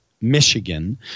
Michigan